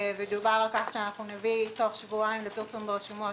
ודובר על כך שנביא תוך שבועיים לפרסום ברשומות